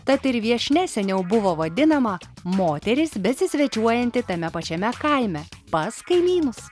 tad ir viešnia seniau buvo vadinama moteris besisvečiuojanti tame pačiame kaime pas kaimynus